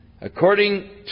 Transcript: According